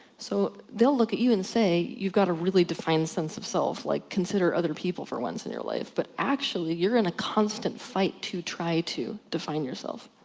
so, they'll look at you and say you've got a really defined sense of self. like, consider other people for once in your life. but actually you're in a constant fight to try to define yourself.